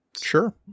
sure